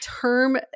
term